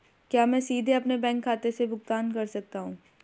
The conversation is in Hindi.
क्या मैं सीधे अपने बैंक खाते से भुगतान कर सकता हूं?